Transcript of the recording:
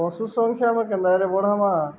ପଶୁ ସଂଖ୍ୟା ଆମ କେନ୍ଦ୍ରରେ ବଢ଼ାମା